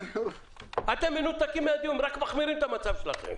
אתם רק מחמירים את המצב שלכם.